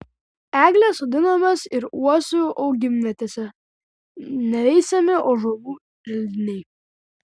eglės sodinamos ir uosių augimvietėse neveisiami ąžuolų želdiniai